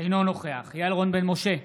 אינו נוכח יעל רון בן משה,